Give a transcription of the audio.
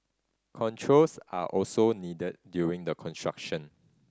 controls are also needed during the construction